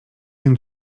się